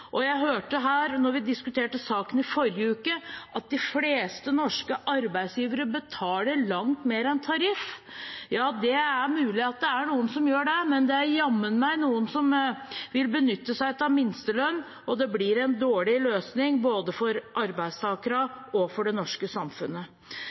Jeg hørte her da vi diskuterte saken i forrige uke, at de fleste norske arbeidsgivere betaler langt mer enn tariff. Ja, det er mulig noen gjør det, men det er jammen meg noen som vil benytte seg av minstelønn. Det blir en dårlig løsning, både for